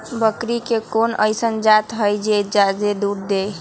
बकरी के कोन अइसन जात हई जे जादे दूध दे?